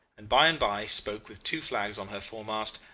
and by-and-by spoke with two flags on her foremast,